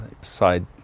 side